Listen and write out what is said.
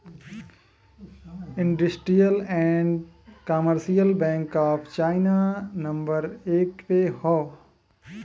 industrial and commercial bank of China number एक पे हौ